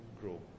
grow